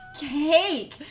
cake